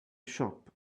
shop